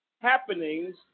happenings